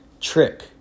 Trick